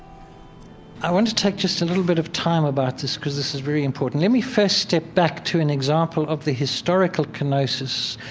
i want to take just a little bit of time about this because this is very important. let me first step back to an example of the historical kenosis,